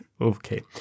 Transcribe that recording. Okay